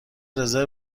رزرو